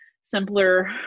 simpler